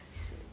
it's